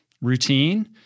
routine